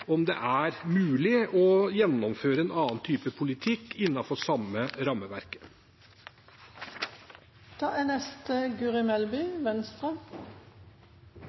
om det er mulig å gjennomføre en annen type politikk innenfor samme